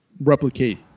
replicate